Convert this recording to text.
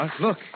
look